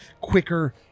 quicker